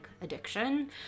addiction